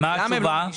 מה התשובה?